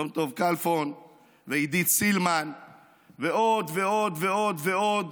יום טוב כלפון ועידית סילמן ועוד ועוד ועוד,